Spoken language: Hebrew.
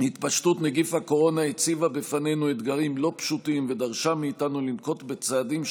אין מתנגדים ואין נמנעים.